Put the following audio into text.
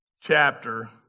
chapter